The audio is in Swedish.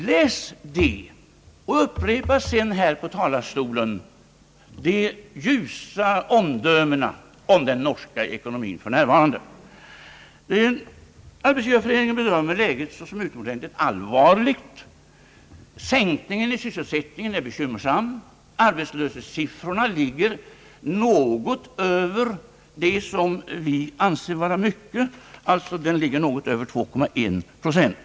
Läs dem och upprepa sedan här i talarstolen de ljusa omdömena om den norska ekonomin för närvarande. Arbetsgivareföreningen bedömer läget såsom utomordentligt allvarligt. Nedgången i sysselsättningen är bekymmersam, arbetslöshetssiffrorna ligger något över dem som vi anser vara höga, alltså något över 2,1 procent.